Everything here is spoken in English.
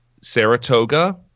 saratoga